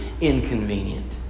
inconvenient